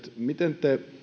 miten te